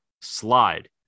slide